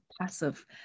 passive